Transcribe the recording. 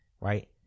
right